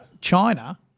China